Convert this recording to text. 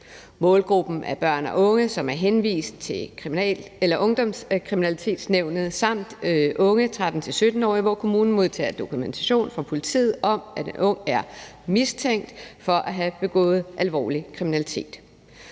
Målgruppen er børn og unge, som er henvist til Ungdomskriminalitetsnævnet, samt unge 13-17-årige, hvor kommunen modtager dokumentation fra politiet om, at en ung er mistænkt for at have begået alvorlig kriminalitet.